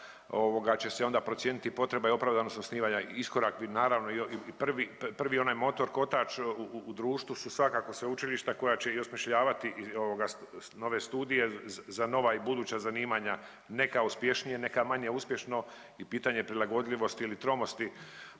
će se onda procijeniti potreba i opravdanost osnivanja. Iskorak bi naravno i prvi onaj motor kotač u društvu su svakako sveučilišta koja će i osmišljavati nove studije za nova i buduća zanimanja, nekad uspješno, nekad manje uspješno i pitanje prilagodljivosti ili tromosti